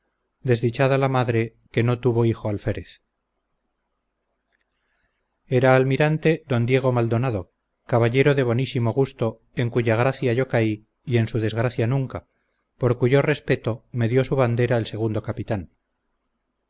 desdichada la madre que no tuvo hijo alférez era almirante don diego maldonado caballero de bonísimo gusto en cuya gracia yo caí y en su desgracia nunca por cuyo respeto me dió su bandera el segundo capitán